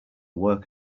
work